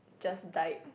just died